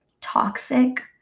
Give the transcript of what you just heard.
toxic